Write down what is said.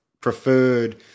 preferred